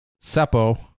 Seppo